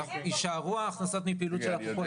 יישארו ההכנסות מפעילות של הקופות,